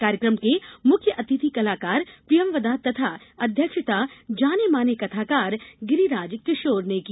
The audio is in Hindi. कार्यक्रम के मुख्य अतिथि कथाकार प्रियंवदा तथा अध्यक्षता जाने माने कथाकार गिरिराज किशोर ने की